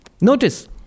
Notice